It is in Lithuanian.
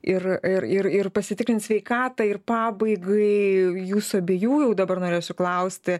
ir ir ir pasitikrint sveikatą ir pabaigai jūsų abiejų dabar norėsiu klausti